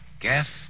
Gaff